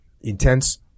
intense